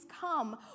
come